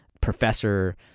professor